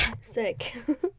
sick